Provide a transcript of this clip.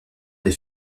des